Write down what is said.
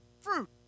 fruit